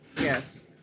Yes